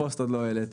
פוסט עוד לא העליתי.